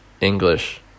English